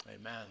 Amen